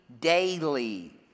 daily